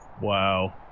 Wow